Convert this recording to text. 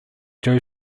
joe